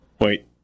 Wait